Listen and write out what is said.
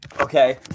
okay